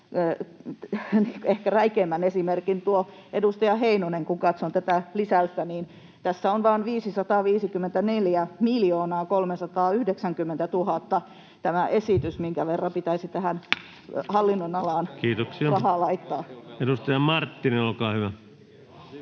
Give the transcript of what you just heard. ehkä räikeimmän esimerkin tuo edustaja Heinonen. Kun katson tätä lisäystä, niin tässä on vain 554 390 000 tämä esitys, minkä verran pitäisi tähän hallinnonalaan [Puhemies: Kiitoksia!] rahaa laittaa.